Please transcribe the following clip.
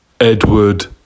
Edward